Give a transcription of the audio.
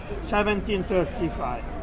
1735